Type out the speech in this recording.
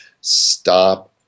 stop